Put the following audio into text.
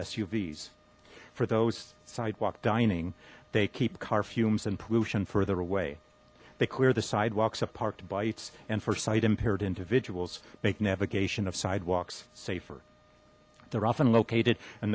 suvs for those sidewalk dining they keep car fumes and pollution further away they clear the sidewalks apart bytes and foresight impaired individuals make navigation of sidewalks safer they're often located in